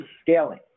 scaling